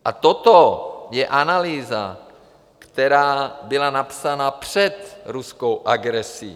A toto je analýza, která byla napsána před ruskou agresí.